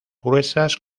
gruesas